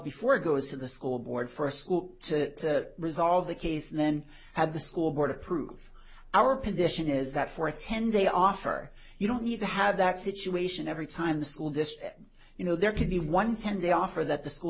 before it goes to the school board for a school to resolve the case then have the school board approve our position is that for a ten day offer you don't need to have that situation every time the school district you know there can be one ten days after that the school